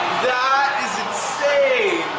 that is insane.